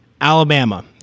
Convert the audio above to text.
Alabama